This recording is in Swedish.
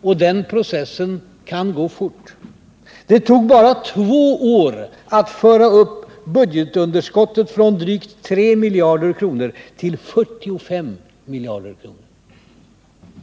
Och den processen kan gå fort. Det tog bara två år att föra upp budgetunderskottet från drygt 3 miljarder kronor till 45 miljarder.